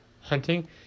hunting